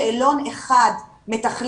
שאלון אחד מתכלל,